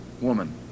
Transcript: woman